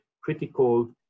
critical